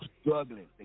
struggling